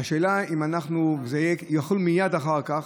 אם זה יחול מייד אחר כך,